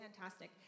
fantastic